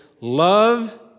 love